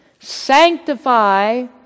Sanctify